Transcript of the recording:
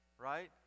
right